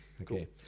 Okay